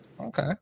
Okay